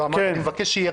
לא, אמרתי שאני מבקש שיירשם